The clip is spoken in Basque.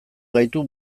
gaitu